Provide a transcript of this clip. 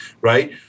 right